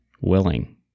willing